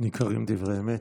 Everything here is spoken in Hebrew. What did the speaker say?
ניכרים דברי אמת.